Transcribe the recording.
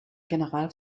general